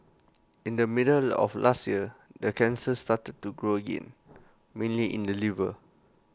in the middle of last year the cancer started to grow again mainly in the liver